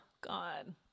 God